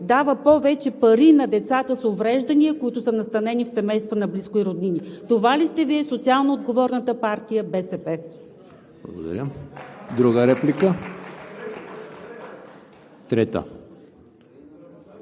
дава повече пари на децата с увреждания, които са настанени в семейства на близки и роднини. Това ли сте Вие – социално отговорната партия БСП? (Ръкопляскания от